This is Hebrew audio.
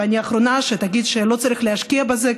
ואני האחרונה שתגיד שלא צריך להשקיע בזה.